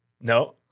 No